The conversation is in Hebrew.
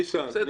ניסן,